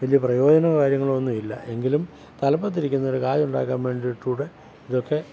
വലിയ പ്രയോജനമോ കാര്യങ്ങളോ ഒന്നുമില്ല എങ്കിലും തലപ്പത്തിരിക്കുന്നവർ കാര്യം ഉണ്ടാക്കാൻ വേണ്ടിയിട്ടുകൂടി ഇതൊക്കെ